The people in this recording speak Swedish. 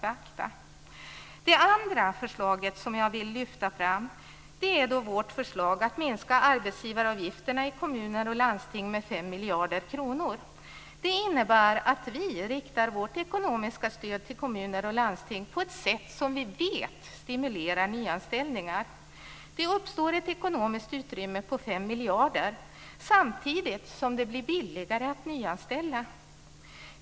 Det andra förslaget som jag vill lyfta fram är vårt förslag om att minska arbetsgivaravgifterna i kommuner och landsting med 5 miljarder kronor. Det innebär att vi riktar vårt ekonomiska stöd till kommuner och landsting på ett sätt som vi vet stimulerar till nyanställningar. Det uppstår ett ekonomiskt utrymme på 5 miljarder kronor, samtidigt som det blir billigare att nyanställa.